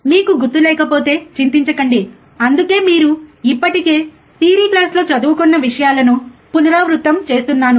మీకు గుర్తులేకపోతే చింతించకండి అందుకే మీరు ఇప్పటికే థియరీ క్లాస్లో చదువుకున్న విషయాలను పునరావృతం చేస్తున్నాను